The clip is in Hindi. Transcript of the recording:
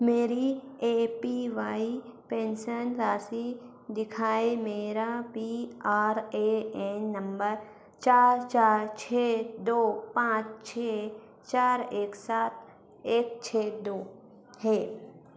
मेरी ए पी वाई पेंशन राशि दिखाये मेरा P R A N number चार चार छः दो पाँच छः चार एक सात एक छः दो है